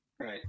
Right